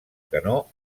canó